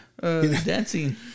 dancing